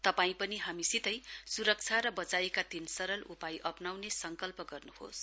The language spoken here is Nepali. तपाई पनि हामीसितै सुरक्षा र वचाइका तीन सरल उपाय अप्नाउने संकल्प गर्नुहोस